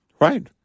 Right